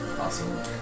Awesome